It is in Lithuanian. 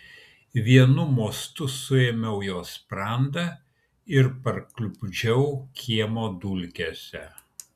vienu mostu suėmiau jo sprandą ir parklupdžiau kiemo dulkėse